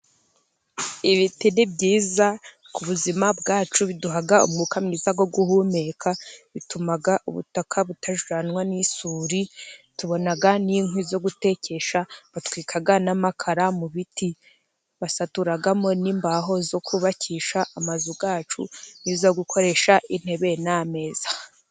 Ibiti nibyiza ku buzima bwacu, biduha umwuka mwiza wo guhumeka, bituma ubutaka butajyanwa n'isuri, tubona n'inkwi zo gutekesha, batwika n'amakara mu biti, basaturaramo n'imbaho zo kubakisha amazu yacu, n'izo gukoresha intebe n'ameza.